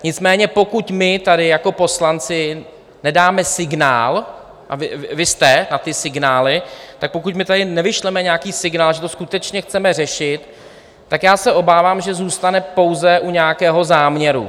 Nicméně pokud my jako poslanci tady nedáme signál a vy jste na ty signály tak pokud my tady nevyšleme nějaký signál, že to skutečně chceme řešit, tak se obávám, že zůstane pouze u nějakého záměru.